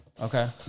okay